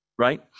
Right